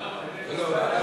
לא לא, ועדת כספים.